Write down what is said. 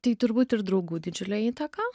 tai turbūt ir draugų didžiulė įtaka